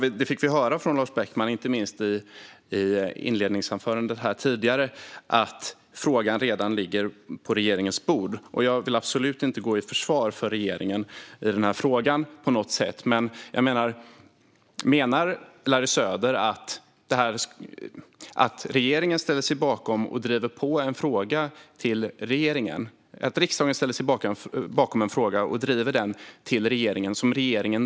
Det fick vi höra från Lars Beckman inte minst i inledningsanförandet här tidigare. Jag vill absolut inte gå i försvar för regeringen i den här frågan på något sätt. Men menar Larry Söder att riksdagen ställer sig bakom en fråga som regeringen redan hanterar och driver den till regeringen?